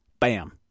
bam